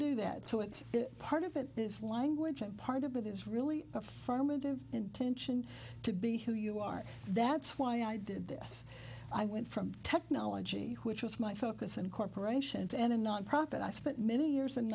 do that so it's part of it is language and part of it is really affirmative intention to be who you are that's why i did this i went from technology which was my focus and corporations and a nonprofit i spent many years